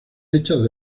hechas